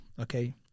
okay